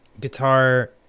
guitar